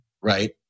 right